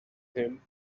him